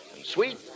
Sweet